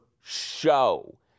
Show